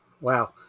Wow